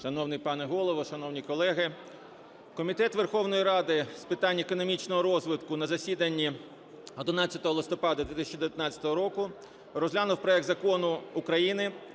Шановний пане Голово! Шановні колеги! Комітет Верховної Ради з питань економічного розвитку на засідання 11 листопада 2019 року розглянув проект Закону України